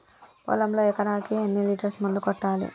పొలంలో ఎకరాకి ఎన్ని లీటర్స్ మందు కొట్టాలి?